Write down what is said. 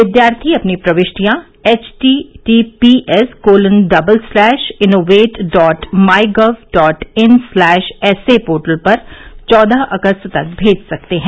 विद्यार्थी अपनी प्रविष्टियां HTTPS colon double slash innovate dot MyGov dot in slash essay portal पर चौदह अगस्त तक भेज सकते हैं